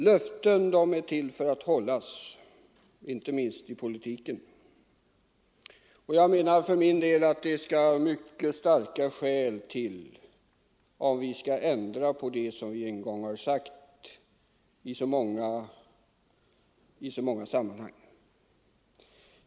Löften är till för att hållas, inte minst i politiken, och jag menar att det skall mycket starka skäl till om vi skall ändra på det som vi en gång har sagt i så många sammanhang.